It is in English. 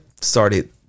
started